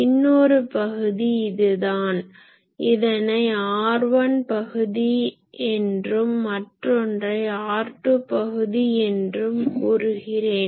இன்னொரு பகுதி இதுதான் இதனை R1 பகுதி என்றும் மற்றொன்றை R2 பகுதி என்றும் கூறுகிறேன்